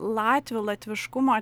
latvių latviškumo